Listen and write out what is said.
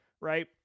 right